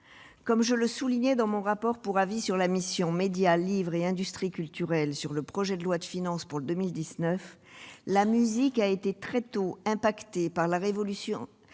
Comme je le soulignais dans mon rapport pour avis sur la mission « Médias, livres et industries culturelles » du projet de loi de finances pour 2019, la musique a été très tôt touchée par la révolution